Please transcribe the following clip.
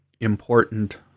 important